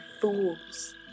fools